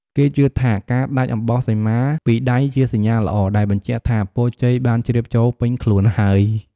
គេជឿថាការដាច់អំបោះសីមាពីដៃជាសញ្ញាល្អ ដែលបញ្ជាក់ថាពរជ័យបានជ្រាបចូលពេញខ្លួនហើយ។